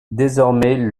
désormais